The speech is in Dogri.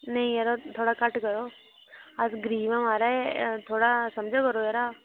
नेई माराज थोह्ड़ा घट्ट करो अस गरीब आं माराज थोहड़ा समझा करो यरा